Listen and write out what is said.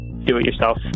do-it-yourself